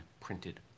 printed